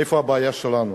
איפה הבעיה שלנו?